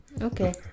Okay